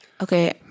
Okay